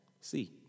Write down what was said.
see